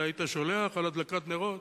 אתה היית שולח הודעות על הדלקת נרות?